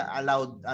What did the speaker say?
allowed